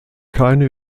keine